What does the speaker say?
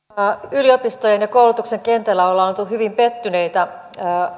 yliopistojen ja koulutuksen kentällä on oltu hyvin pettyneitä